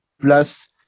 plus